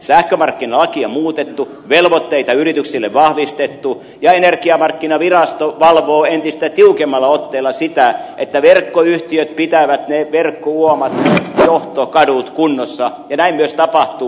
sähkömarkkinalakia on muutettu velvoitteita yrityksille on vahvistettu ja energiamarkkinavirasto valvoo entistä tiukemmalla otteella sitä että verkkoyhtiöt pitävät ne verkkouomat johtokadut kunnossa ja näin myös tapahtuu